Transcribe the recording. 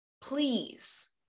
Please